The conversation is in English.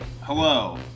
Hello